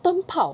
灯泡